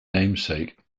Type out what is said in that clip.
namesake